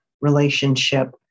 relationship